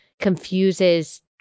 confuses